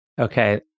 Okay